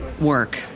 work